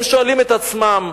הם שואלים עצמם,